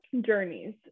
journeys